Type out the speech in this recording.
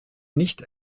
nicht